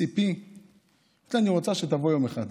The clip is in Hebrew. CP. היא אומרת לי: אני רוצה שתבוא יום אחד.